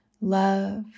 love